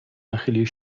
nachylił